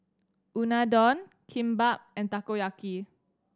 Unadon Kimbap and Takoyaki